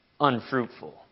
unfruitful